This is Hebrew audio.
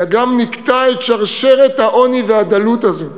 אלא גם נקטע את שרשרת העוני והדלות הזאת,